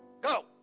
go